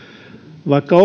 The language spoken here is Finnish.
vaikka